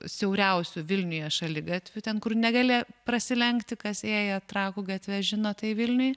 siauriausiu vilniuje šaligatviu ten kur negali prasilenkti kas ėję trakų gatve žino tai vilniuj